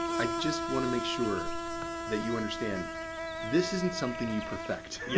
i just want to make sure that you understand this isn't something you perfect. yeah